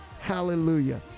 hallelujah